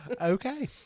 Okay